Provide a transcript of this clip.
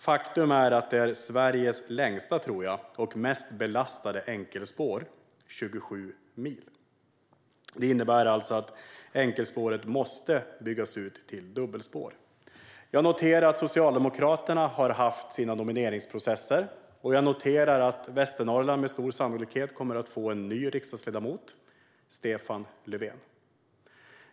Faktum är att det är Sveriges längsta - tror jag - och mest belastade enkelspår: 27 mil. Detta innebär att enkelspåret måste byggas ut till dubbelspår. Jag noterar att Socialdemokraterna har haft sina nomineringsprocesser och att Västernorrland med stor sannolikhet kommer att få en ny riksdagsledamot: Stefan Löfven.